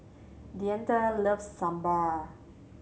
Deante loves Sambar